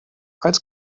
als